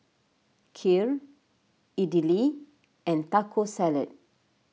Kheer Idili and Taco Salad